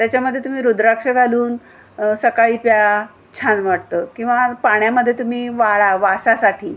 त्याच्यामध्ये तुम्ही रुद्राक्ष घालून सकाळी प्या छान वाटतं किंवा पाण्यामध्ये तुम्ही वाळा वासासाठी